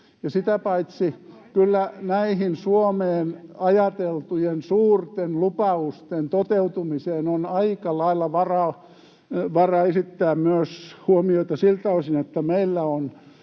sitä paitsi kyllä näihin Suomeen ajateltujen suurten lupausten toteutumiseen on aika lailla varaa esittää myös huomioita siltä osin, että meillä on